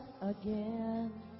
again